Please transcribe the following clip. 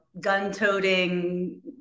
gun-toting